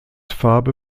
farbe